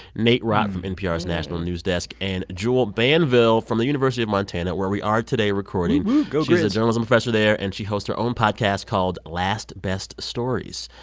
nate rott from npr's national news desk and jule banville from the university of montana, where we are today recording woohoo, go griz she's a journalism professor there, and she hosts her own podcast called, last best stories.